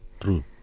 true